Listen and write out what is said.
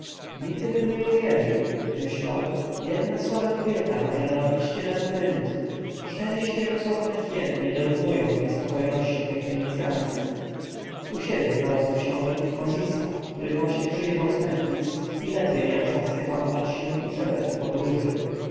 mieszkania nigdybym nie uwierzył myślał że jedna słaba kobieta może narobić tyle zamętu cztery świeżo złapane hieny nie dorównają w niespokojności tej fenicjance u siebie znalazł książę tutmozisa który właśnie przyjechał z memfis i ledwie miał czas wykąpać się i przebrać po podróży